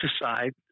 aside